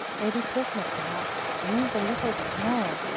maybe christmas, perhaps, means a little bit more!